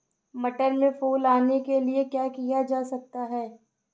मटर में फूल आने के लिए क्या किया जा सकता है?